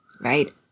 Right